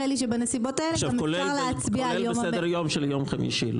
כולל בסדר יום של יום חמישי.